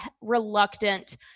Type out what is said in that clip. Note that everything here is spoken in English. reluctant